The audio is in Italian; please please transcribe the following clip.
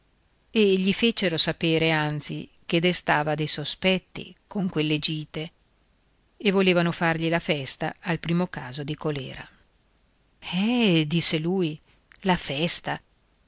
e gli fecero sapere anzi che destava dei sospetti con quelle gite e volevano fargli la festa al primo caso di colèra eh disse lui la festa